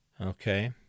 Okay